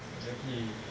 exactly